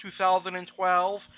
2012